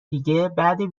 دیگه، بعد